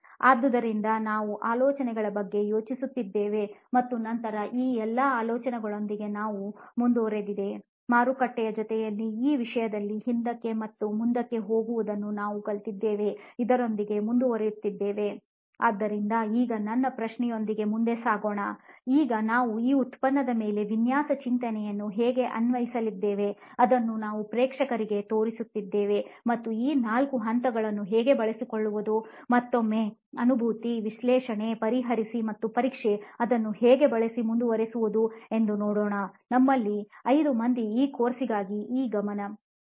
ಆದುದರಿಂದ ನಾವು ಆಲೋಚನೆಗಳ ಬಗ್ಗೆ ಯೋಚಿಸುತ್ತಿದ್ದೆವು ಮತ್ತು ನಂತರ ಈ ಎಲ್ಲ ಆಲೋಚನೆಗಳೊಂದಿಗೆ ಏನು ಮುಂದುವರೆದಿದೆ ಮಾರುಕಟ್ಟೆಯ ಜೊತೆಯಲ್ಲಿ ಈ ವಿಷಯದಲ್ಲಿ ಹಿಂದಕ್ಕೆ ಮತ್ತು ಮುಂದಕ್ಕೆ ಹೋಗುವುದನ್ನು ನಾವು ಕಲಿತಿದ್ದೇವೆ ಇದರೊಂದಿಗೆ ಮುಂದುವರಿಯುತ್ತೇವೆ ಆದ್ದರಿಂದ ಈಗ ನನ್ನ ಪ್ರಶ್ನೆಯೊಂದಿಗೆ ಮುಂದೆ ಸಾಗೋಣ ಮತ್ತು ಈಗ ನಾವು ಈ ಉತ್ಪನ್ನದ ಮೇಲೆ ವಿನ್ಯಾಸ ಚಿಂತನೆಯನ್ನು ಹೇಗೆ ಅನ್ವಯಿಸಲಿದ್ದೇವೆ ಅದನ್ನು ನಾವು ಪ್ರೇಕ್ಷಕರಿಗೆ ತೋರಿಸುತ್ತೇವೆ ಮತ್ತು ಈ ನಾಲ್ಕು ಹಂತಗಳನ್ನು ಹೇಗೆ ಬಳಸಿಕೊಳ್ಳುವುದು ಮತ್ತೊಮ್ಮೆ ಅನುಭೂತಿ ವಿಶ್ಲೇಷಣೆ ಪರಿಹರಿಸಿ ಮತ್ತು ಪರೀಕ್ಷೆ ಅದನ್ನು ಹೇಗೆ ಬಳಸಿ ಮುಂದುವರಿಸುವುದು ಎಂದು ನೋಡೋಣ ನಮ್ಮಲ್ಲಿ 5 ಮಂದಿ ಈ ಕೋರ್ಸ್ಗಾಗಿ ಈ ಬಗ್ಗೆ ಗಮನ ಹರಿಸಲಿದ್ದೇವೆ